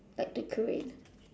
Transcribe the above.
like to create